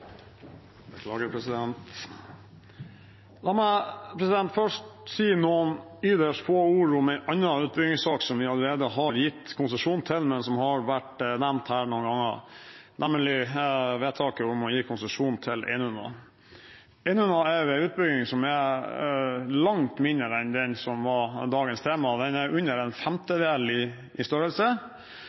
eller ikke. La meg først si noen ytterst få ord om en annen utbyggingssak, som vi allerede har gitt konsesjon til, men som har vært nevnt her noen ganger, nemlig vedtaket om å gi konsesjon til Einunna. Einunna er en utbygging som er langt mindre enn den som er dagens tema. Den er under en femtedel i størrelse,